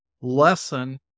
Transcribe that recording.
lesson